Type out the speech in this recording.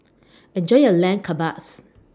Enjoy your Lamb Kebabs